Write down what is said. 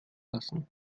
lassen